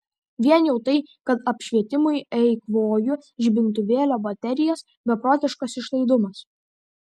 vien jau tai kad apšvietimui eikvoju žibintuvėlio baterijas beprotiškas išlaidumas